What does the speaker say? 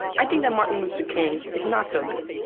i think that martin luther king is not so good.